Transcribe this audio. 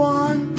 one